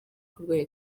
kurwanya